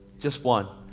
just one.